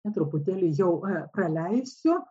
na truputėlį jau praleisiu